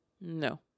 No